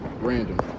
Random